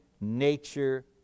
nature